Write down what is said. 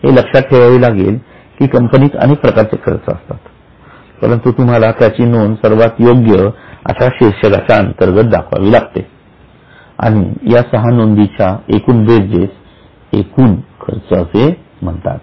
हे लक्षात ठेवावे लागेल की कंपनीत अनेक प्रकारचे खर्च असतात परंतु तुम्हाला त्याची नोंद सर्वात योग्य अशा शीर्षकांतर्गत दाखवावी लागते आणि या सहा नोंदीच्या बेरजेस एकूण खर्च असे म्हणतात